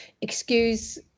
excuse